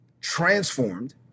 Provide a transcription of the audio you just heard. transformed